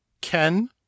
Ken